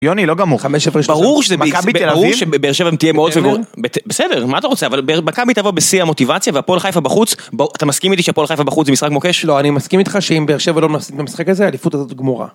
יוני, לא גמור, חמש הפרש מכבי תל אביב? ברור שבאר שבע תהיה מאוד סגור, בסדר, מה אתה רוצה, אבל מכבי תבוא בשיא המוטיבציה והפועל חיפה בחוץ. אתה מסכים איתי שהפועל חיפה בחוץ זה משחק מוקש? לא, אני מסכים איתך שאם באר שבע לא מנצחים במשחק הזה, האליפות הזאת גמורה.